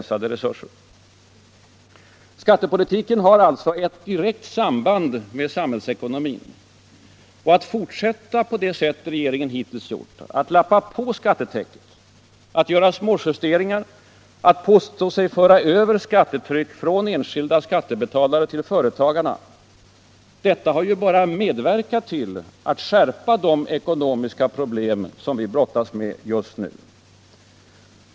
Skattepolitiken har alltså ett direkt samband med samhällsekonomin. Att fortsätta på det sätt regeringen hittills gjort, att lappa på skattetäcket, att göra småjusteringar, att påstå sig föra över skattetryck från de enskilda skattebetalarna till företagarna, detta har ju bara ytterligare medverkat till att skapa de ekonomiska problem som vi brottas med just nu.